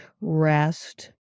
rest